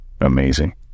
Amazing